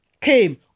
came